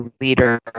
leader